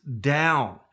down